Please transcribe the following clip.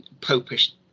popish